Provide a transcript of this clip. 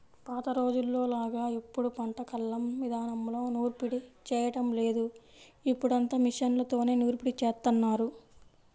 పాత రోజుల్లోలాగా ఇప్పుడు పంట కల్లం ఇదానంలో నూర్పిడి చేయడం లేదు, ఇప్పుడంతా మిషన్లతోనే నూర్పిడి జేత్తన్నారు